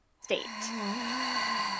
state